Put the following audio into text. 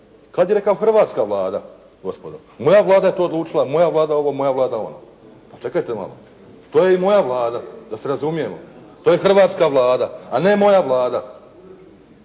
Kada je rekao hrvatska Vlada gospodo? Moja Vlada je to odlučila, moja Vlada, moja Vlada ono. Pa čekajte malo, to je i moja Vlada da se razumijemo, to je hrvatska Vlada, a ne moja Vlada.